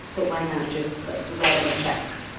but why not just, like, write them a check?